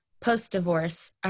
post-divorce